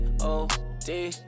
O-D